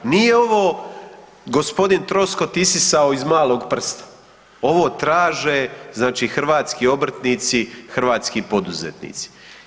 Nije ovo g. Troskot isisao iz malog prsta, ovo traže hrvatski obrtnici, hrvatski poduzetnici.